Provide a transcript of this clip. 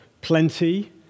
plenty